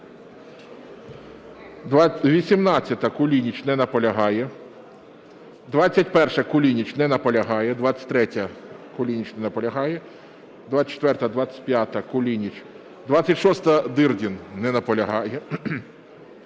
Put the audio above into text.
18-а, Кулініч. Не наполягає. 21-а, Кулініч. Не наполягає. 23-я, Кулініч. Не наполягає. 24-а, 25-а, Кулініч. 26-а, Дирдині. Не наполягає.